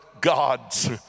gods